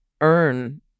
earn